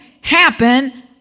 happen